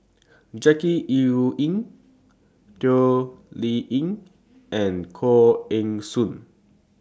Jackie Yi Ru Ying Toh Liying and Koh Eng Hoon